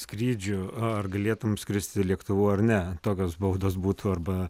skrydžių ar galėtum skristi lėktuvu ar ne tokios baudos būtų arba